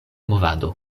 movado